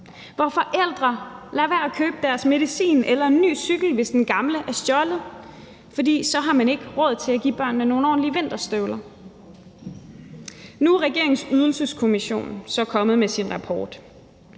hvor forældre lader være med at købe deres medicin eller en ny cykel, hvis den gamle er blevet stjålet, for så har de ikke råd til at give børnene nogle ordentlige vinterstøvler. Nu er regeringens Ydelseskommission så kommet med sin rapport,